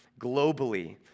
globally